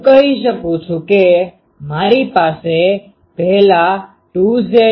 હું કહી શકું છું કે મારી પાસે પહેલા 2 Zt